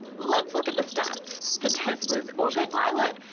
let's look at the stats for tesla's autopilot,